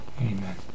amen